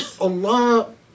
Allah